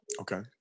Okay